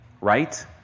right